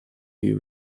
jej